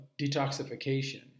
detoxification